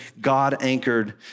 God-anchored